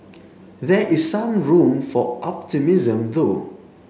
there is some room for optimism though